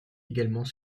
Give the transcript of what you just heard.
également